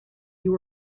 you